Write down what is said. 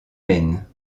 maine